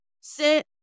sit